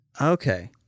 Okay